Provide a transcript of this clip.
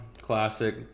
classic